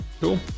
cool